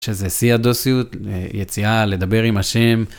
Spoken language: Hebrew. שזה שיא הדוסיות, יציאה לדבר עם השם.